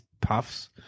puffs